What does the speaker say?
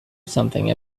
something